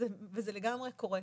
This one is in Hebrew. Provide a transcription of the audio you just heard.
וזה לגמרי קורה.